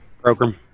program